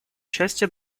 части